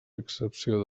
excepció